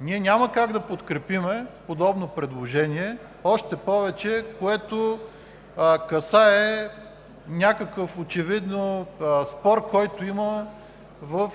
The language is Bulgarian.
Ние няма как да подкрепим подобно предложение, още повече, че то очевидно касае някакъв спор, който има в